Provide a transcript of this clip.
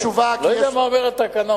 אני לא יודע מה אומר התקנון.